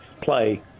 play